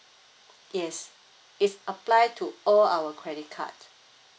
yes it's applied to all our credit card